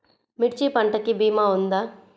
మిర్చి పంటకి భీమా ఉందా?